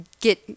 get